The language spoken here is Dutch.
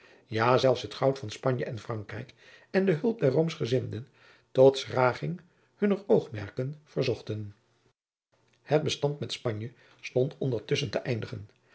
ja zelfs het goud van spanje en frankrijk en de hulp der roomschgezinden tot schraging hunner oogmerken verzochten het bestand met spanje stond ondertusschen te eindigen